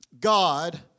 God